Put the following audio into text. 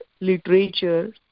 literature